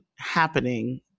happening